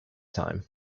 time